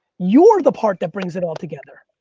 you are the part that brings it all together.